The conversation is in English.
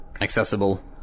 accessible